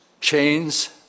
Chains